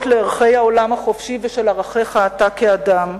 לערכי העולם החופשי ולערכיך אתה כאדם,